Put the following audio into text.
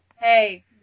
Hey